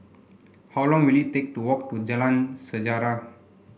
how long will it take to walk to Jalan Sejarah